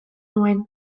nuen